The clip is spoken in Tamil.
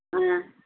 ஆ